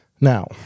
Now